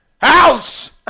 house